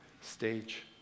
stage